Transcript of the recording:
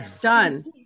Done